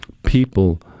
people